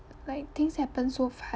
like things happen so fast